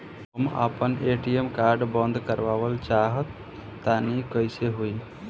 हम आपन ATM card बंद करावल चाह तनि कइसे होई?